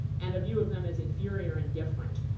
and a view of them as inferior and different.